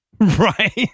Right